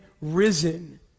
risen